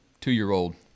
two-year-old